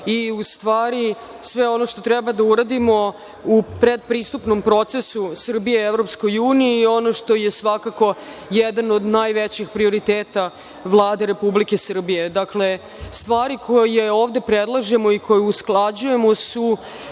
i u stvari sve ono što treba da uradimo u predpristupnom procesu Srbije Evropskoj uniji i ono što je svakako jedan od najvećih prioriteta Vlade Republike Srbije. Dakle, stvari koje ovde predlažemo i koje usklađujemo su